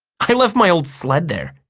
i left my old sled there,